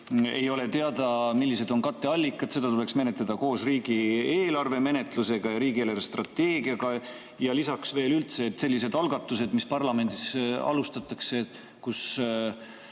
ei ole teada, millised on katteallikad, seda tuleks menetleda koos riigieelarve menetlusega ja riigi eelarvestrateegiaga. Lisaks veel, üldse sellised algatused, mis parlamendis alustatakse, kus